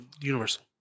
Universal